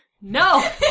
no